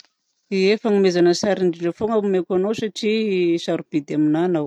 Ie fanomezana tsara indrindra foana no omeko anao satria sarobidy aminahy ianao.